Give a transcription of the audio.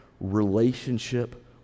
relationship